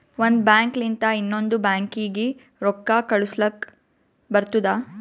ಒಂದ್ ಬ್ಯಾಂಕ್ ಲಿಂತ ಇನ್ನೊಂದು ಬ್ಯಾಂಕೀಗಿ ರೊಕ್ಕಾ ಕಳುಸ್ಲಕ್ ಬರ್ತುದ